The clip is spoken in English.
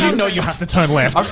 and know you have to turn left.